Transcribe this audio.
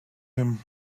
him